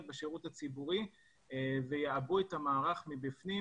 בשירות הציבורי ויעבו את המערך מבפנים,